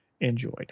enjoyed